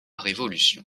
révolution